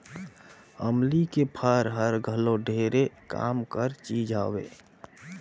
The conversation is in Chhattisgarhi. अमली के फर हर घलो ढेरे काम कर चीज हवे